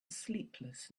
sleepless